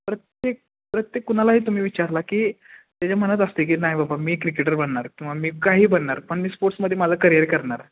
प्रत्येक प्रत्येक कुणालाही तुम्ही विचारला की त्याच्या मनात असतं आहे की नाही बाबा मी क्रिकेटर बनणार किंवा मी काही बनणार पण मी स्पोर्ट्समध्ये मला करिअर करणार